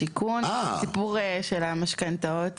הסיפור של המשכנתאות,